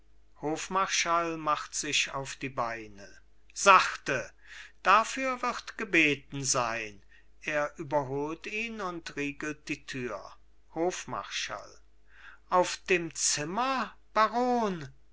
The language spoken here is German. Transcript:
hofmarschall macht sich auf die beine sachte dafür wird gebeten sein er überholt ihn und riegelt die thür hofmarschall auf dem zimmer baron